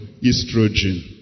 estrogen